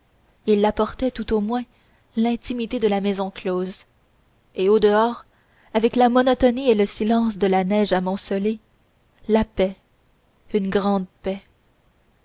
il apportait tout au moins l'intimité de la maison close et au dehors avec la monotonie et le silence de la neige amoncelée la paix une grande paix